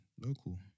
local